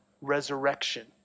resurrection